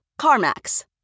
CarMax